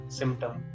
symptom